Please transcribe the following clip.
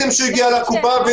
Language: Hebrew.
הגיע לקופה,